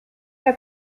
der